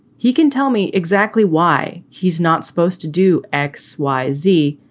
he can tell me exactly why he's not supposed to do x, y, z,